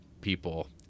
people